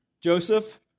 Joseph